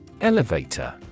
Elevator